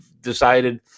decided